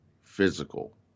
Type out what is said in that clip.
physical